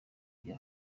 bya